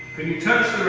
can you touch